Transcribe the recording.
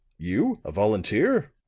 you, a volunteer?